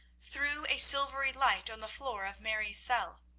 threw a silvery light on the floor of mary's cell.